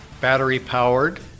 battery-powered